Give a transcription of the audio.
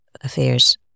Affairs